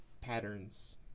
patterns